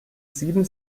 sieben